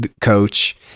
Coach